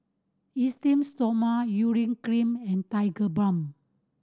Esteem Stoma Urea Cream and Tigerbalm